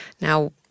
now—